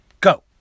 Go